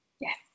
Yes